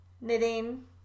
knitting